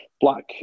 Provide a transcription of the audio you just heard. black